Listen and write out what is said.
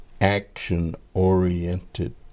action-oriented